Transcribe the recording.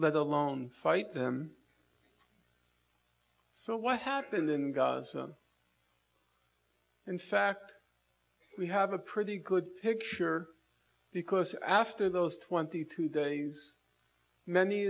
let alone fight them so what happened in gaza in fact we have a pretty good picture because after those twenty two days many